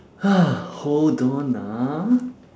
hold on ah